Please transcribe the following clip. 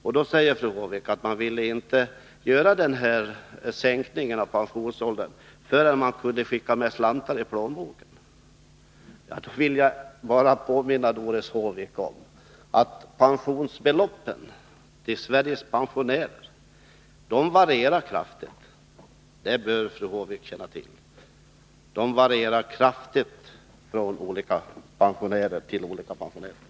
Fru Håvik förklarade att man inte ville genomföra denna sänkning av pensionsåldern, förrän man kunde skicka med slantar i plånboken. Då vill jag bara påminna fru Håvik om att pensionsbeloppen till Sveriges pensionärer varierar kraftigt mellan olika pensionärer. Det bör fru Håvik känna till.